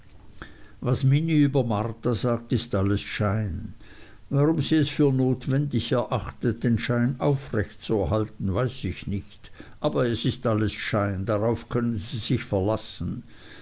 was minnie über marta sagt ist alles schein warum sie es für notwendig erachtet den schein aufrecht zu erhalten weiß ich nicht aber es ist alles schein darauf können sie sich verlassen